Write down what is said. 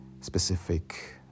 specific